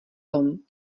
tom